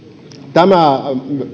tämä